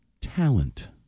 Talent